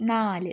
നാല്